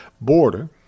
border